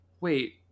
wait